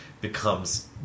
Becomes